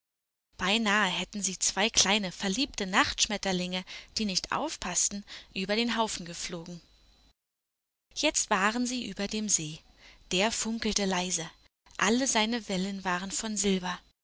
beinahe hätten sie zwei kleine verliebte nachtschmetterlinge die nicht aufpaßten über den haufen geflogen jetzt waren sie über dem see der funkelte leise alle seine wellen waren von silber